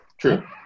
true